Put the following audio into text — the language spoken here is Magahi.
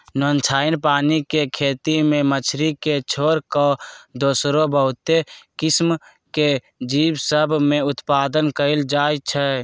नुनछ्राइन पानी के खेती में मछरी के छोर कऽ दोसरो बहुते किसिम के जीव सभ में उत्पादन कएल जाइ छइ